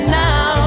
now